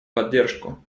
поддержку